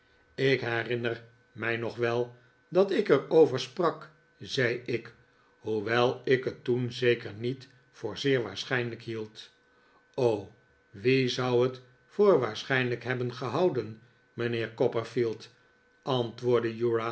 ik herinner mij nog wel dat ik er over sprak zei ik hoewel ik het toen zeker niet voor heel waarschijnlijk hield wie zou het voor waarschijnlijk hebben gehouden mijnheer copperfield antwoordde